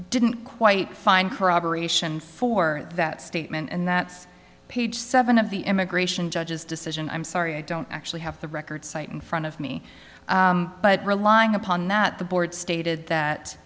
didn't quite find corroboration for that statement and that's page seven of the immigration judge's decision i'm sorry i don't actually have the record cite in front of me but relying upon that the board stated that